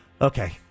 Okay